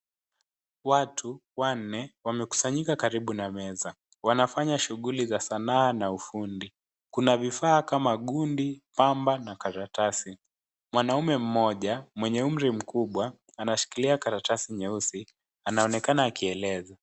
Watu wanne wamekusanyika karibu na meza, wanafanya shughuli za sanaa na ufundi, kuna vifaa kama gundi, pamba na karatasi, mwanaume mmoja mwenye umri mkubwa, anashikilia karatasi nyeusi, anaonekana akieleza.